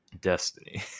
destiny